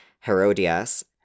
Herodias